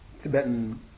Tibetan